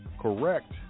Correct